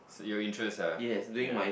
suit your interest ah ya